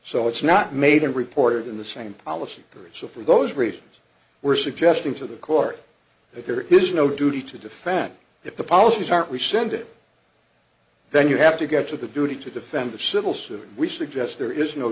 so it's not made and reported in the same policy period so for those reasons we're suggesting to the court that there is no duty to defend if the policies aren't we send it then you have to go to the duty to defend the civil suit we suggest there is